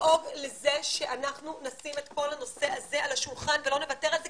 לדאוג לזה שאנחנו נשים את כל הנושא הזה על השולחן ולא נוותר על זה,